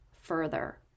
further